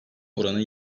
oranı